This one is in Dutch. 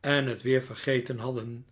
en het weer vergeten hadden